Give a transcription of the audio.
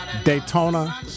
Daytona